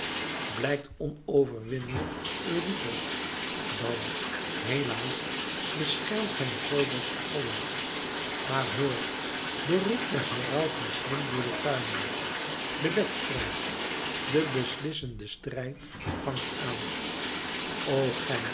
blijkt onoverwinlijk eurytos dan helaas beschermt hem foibos apollo maar hoor de roep der herauten klinkt door de tuinen de wedstrijd de beslissende wedstrijd vangt aan o gij